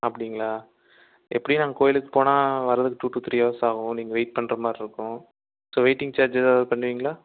அப்படிங்களா எப்படியும் நாங்கள் கோயிலுக்கு போனால் வரதுக்கு டூ டு த்ரீ ஹவர்ஸ் ஆகும் நீங்கள் வெயிட் பண்ணுற மாதிரி இருக்கும் ஸோ வெயிட்டிங் ஏதாவது பண்ணுவீங்களா